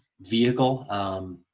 vehicle